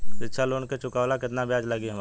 शिक्षा लोन के चुकावेला केतना ब्याज लागि हमरा?